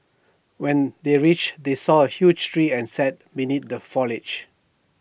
when they reached they saw A huge tree and sat beneath the foliage